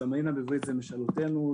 "אמאנינא" בעברית זה משאלותינו.